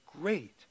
great